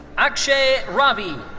akshay ravi.